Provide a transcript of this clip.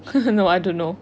no I don't know